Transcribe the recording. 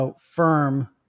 firm